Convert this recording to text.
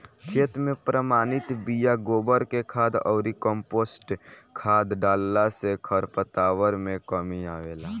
खेत में प्रमाणित बिया, गोबर के खाद अउरी कम्पोस्ट खाद डालला से खरपतवार में कमी आवेला